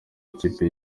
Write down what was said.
w’ikipe